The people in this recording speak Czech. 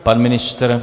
Pan ministr?